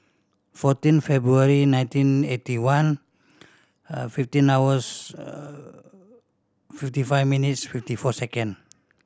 fourteen February nineteen eighty one fifteen hours fifty five minutes fifty four second